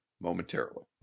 momentarily